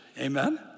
Amen